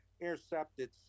intercepted